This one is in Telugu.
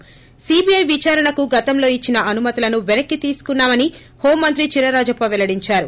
ి సీబీఐ విదారణకు గతంలో ఇచ్చిన అనుమతులను వెనక్కి తీసుకున్నామని హోంమంత్రి చినరాజప్ప పెల్లడించారు